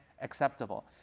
acceptable